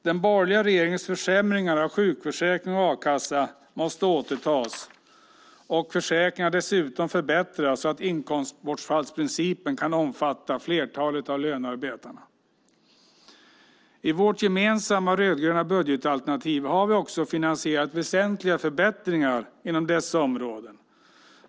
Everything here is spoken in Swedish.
Den borgerliga regeringens försämringar av sjukförsäkring och a-kassa måste återställas och försäkringar dessutom förbättras, så att inkomstbortfallsprincipen kan omfatta flertalet av lönearbetarna. I vårt gemensamma rödgröna budgetalternativ har vi också finansierat väsentliga förbättringar inom dessa områden.